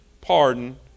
pardon